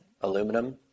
aluminum